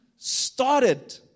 started